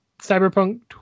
Cyberpunk